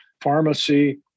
pharmacy